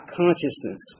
consciousness